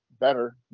better